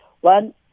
one